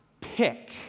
pick